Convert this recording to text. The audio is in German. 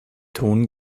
ton